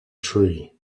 tree